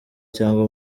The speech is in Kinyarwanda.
cyangwa